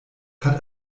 hat